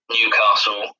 Newcastle